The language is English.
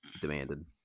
demanded